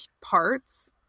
parts